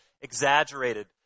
exaggerated